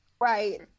Right